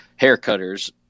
haircutters